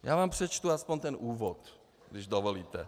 Já vám přečtu aspoň úvod, když dovolíte.